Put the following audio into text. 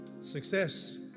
Success